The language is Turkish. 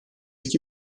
iki